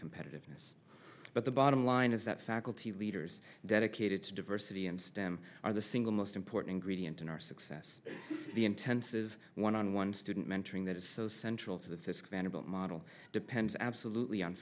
competitiveness but the bottom line is that faculty leaders dedicated to diversity and stem are the single most important gradient in our success the intense is one on one student mentoring that is so central to this venerable model depends absolutely on